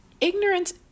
ignorance